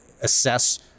assess